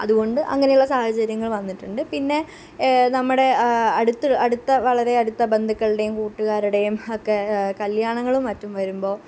അതുകൊണ്ട് അങ്ങനെയുള്ള സാഹചര്യങ്ങള് വന്നിട്ടുണ്ട് പിന്നെ നമ്മുടെ അടുത്ത് അടുത്ത വളരെ അടുത്ത ബന്ധുകളുടെയും കൂട്ടുകാരുടേയും ഒക്കെ കല്ല്യാണങ്ങളും മറ്റും വരുമ്പോൾ